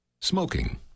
Smoking